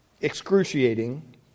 excruciating